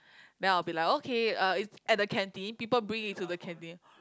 then I will be like okay uh is at the canteen people bring it to the canteen